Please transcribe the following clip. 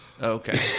okay